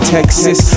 Texas